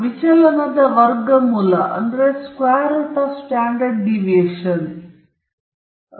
ವಿಚಲನದ ವರ್ಗಮೂಲವಷ್ಟೇ ಸ್ಟ್ಯಾಂಡರ್ಡ್ ವಿಚಲನವು ಏನೂ ಅಲ್ಲ